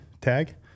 tag